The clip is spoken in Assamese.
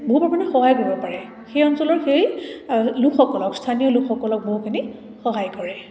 বহু পৰিমাণে সহায় কৰিব পাৰে সেই অঞ্চলৰ সেই লোকসকলক স্থানীয় লোকসকলক বহুখিনি সহায় কৰে